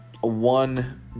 one